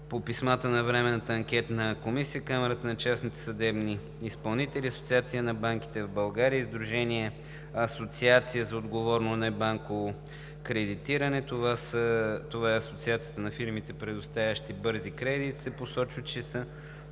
по писмата на Временната анкетна комисия Камарата на частните съдебни изпълнители, Асоциацията на банките в България и Сдружение „Асоциация за отговорно небанково кредитиране“ – това е асоциацията на фирмите, предоставящи бързи кредити, се посочва, че не